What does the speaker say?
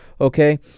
Okay